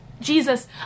Jesus